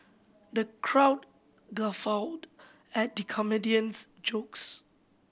the crowd guffawed at the comedian's jokes